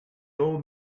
old